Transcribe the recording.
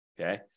okay